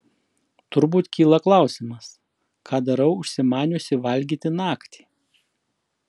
turbūt kyla klausimas ką darau užsimaniusi valgyti naktį